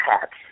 hats